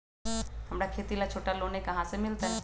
हमरा खेती ला छोटा लोने कहाँ से मिलतै?